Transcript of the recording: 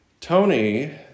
Tony